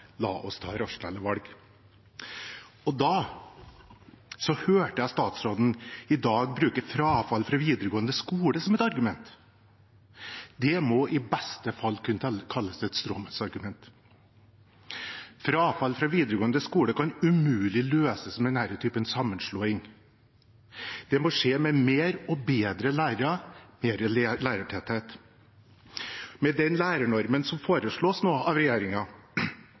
la dem bestemme. La tallene tale. La oss ta rasjonelle valg. I dag hørte jeg statsråden bruke frafall i videregående skole som et argument. Det må i beste fall kunne kalles et stråmannsargument. Frafall i videregående skole kan umulig løses med en slik sammenslåing. Det må skje med flere og bedre lærere, mer lærertetthet. Med den lærernormen som nå foreslås av